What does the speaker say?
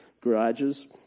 garages